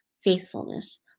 faithfulness